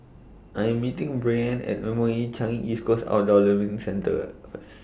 I Am meeting Brianne At M O E Changi East Coast Outdoor Learning Centre First